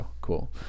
cool